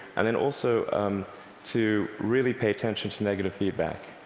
and then also um to really pay attention to negative feedback,